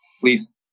please